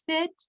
fit